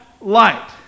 Light